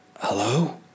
Hello